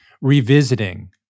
revisiting